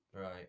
Right